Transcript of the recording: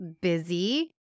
busy